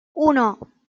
uno